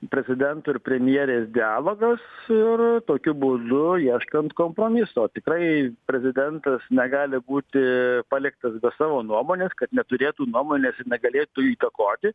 prezidento ir premjerės dialogas ir tokiu būdu ieškant kompromiso tikrai prezidentas negali būti paliktas be savo nuomonės kad neturėtų nuomonės ir negalėtų įtakoti